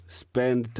spend